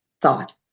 thought